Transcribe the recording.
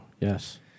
yes